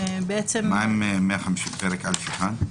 מה עם פרק א1'?